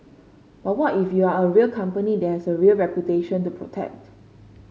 but what if you are a real company that has a real reputation to protect